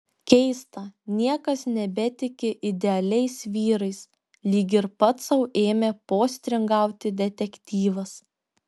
keista niekas nebetiki idealiais vyrais lyg ir pats sau ėmė postringauti detektyvas